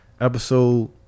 episode